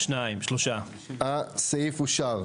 4 ההסתייגויות לא התקבלו.